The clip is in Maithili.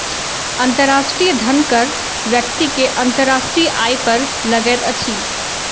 अंतर्राष्ट्रीय धन कर व्यक्ति के अंतर्राष्ट्रीय आय पर लगैत अछि